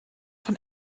von